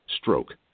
Stroke